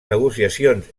negociacions